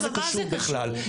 מה זה קשור בכלל,